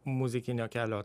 muzikinio kelio